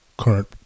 current